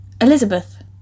Elizabeth